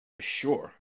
sure